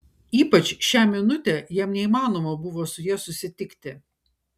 ypač šią minutę jam neįmanoma buvo su ja susitikti